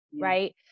right